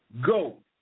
go